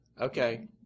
Okay